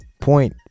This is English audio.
point